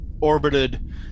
orbited